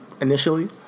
initially